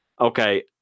Okay